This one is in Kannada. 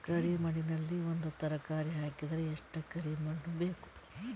ಕರಿ ಮಣ್ಣಿನಲ್ಲಿ ಒಂದ ತರಕಾರಿ ಹಾಕಿದರ ಎಷ್ಟ ಕರಿ ಮಣ್ಣು ಬೇಕು?